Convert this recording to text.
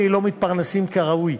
בעולם הם של אנשים שעברו התעמרות בעבודה.